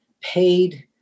paid